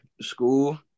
school